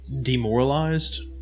Demoralized